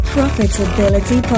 Profitability